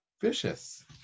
vicious